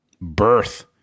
birth